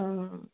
आं